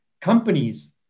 companies